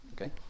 Okay